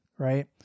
Right